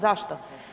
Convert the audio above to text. Zašto?